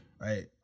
Right